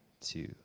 two